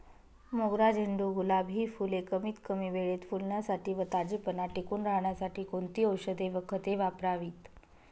मोगरा, झेंडू, गुलाब हि फूले कमीत कमी वेळेत फुलण्यासाठी व ताजेपणा टिकून राहण्यासाठी कोणती औषधे व खते वापरावीत?